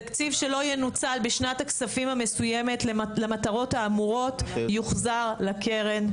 תקציב שלא ינוצל בשנת הכספים המסוימת למטרות האמורות יוחזר לקרן.